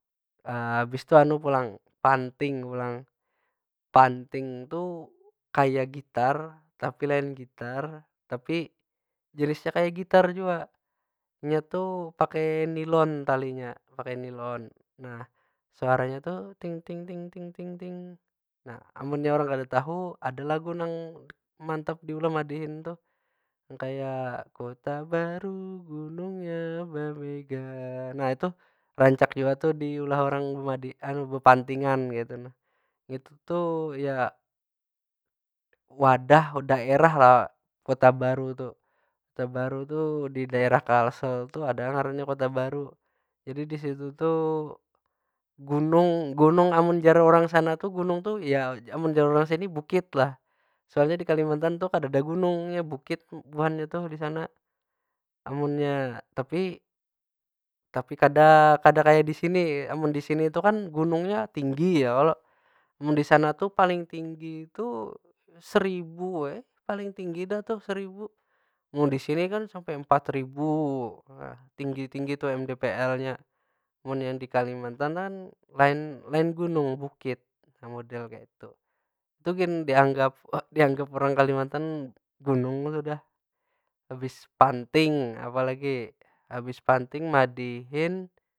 habis tu anu pulang, panting pulang. Panting tu kaya gitar, tapi lain gitar, tapi jenisnya kaya gitar jua. Nya tu pakai nilon talinya, pakai nilon. Suaranya tu nah, amunnya urang kada tahu ada lagu nang mantap diulah madihin tuh. Nang kaya kota baru gunungnya bamega. Nah itu rancak jua tuh diulah urang bepantinga kaytu nah. Itu tuh kaya wadah, daerah lah kota baru tuh. Kota baru tuh di daerah kalsel tu ada ngarannya kota baru. Jadi di situ tu gunung gunung amun jar urang sana tu gunung tu ya jar urang sini bukit lah. Soalnya di kalimantan tu kadeda gunung, nya bukit buhannya tuh di sana. Amunnya, tapi tapi kada kaya di sini. Amun di sini tu kan gunungnya tinggi ya kalo? Amun di sana tu paling tinggu tu seribu ai, paling tinggi dah tu seribu. Mun di sini kan sampe empat ribu. Nah tinggi tinggi tuh mdplnya. Mun yang di kalimantan kan lain lain gunung, bukit nang model kaytu. Tu gin dianggap dianggap urang kalimantan gunung pang sudah. Habis panting, apa lagi? Habis panting, madihin.